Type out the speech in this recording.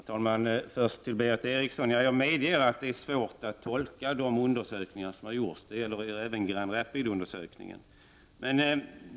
Herr talman! Först vill jag säga till Berith Eriksson att jag medger att det är svårt att tolka de undersökningar som har gjorts, även Grand Rapids-undersökningen.